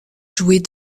jouées